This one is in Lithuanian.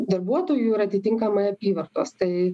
darbuotojų ir atitinkamai apyvartos tai